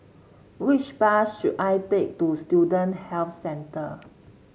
which bus should I take to Student Health Centre